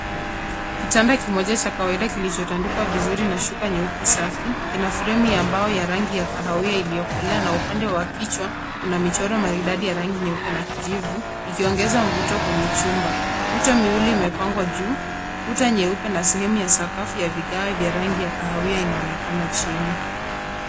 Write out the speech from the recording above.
Kitanda kimoja cha kawaida kilichotandikwa vizuri na shuka nyeupe safi. Ina fremu ya mbao ya rangi ya kahawia iliyokolea na upande wa kichwa una michoro maridadi ya rangi nyeupe na kijivu ikiongeza mvuto kwenye chumba. Mito miwili imepangwa juu. Kuta nyeupe na sehemu ya sakafu ya vigae vya rangi ya kahawia inaonekana chini.